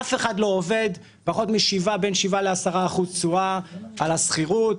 אף אחד לא עובד פחות מ-7 בין 7 ל-10 תשואה על השכירות,